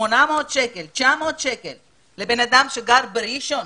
800, 900 שקל לאדם שגר בראשון?